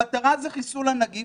המטרה היא חיסול הנגיף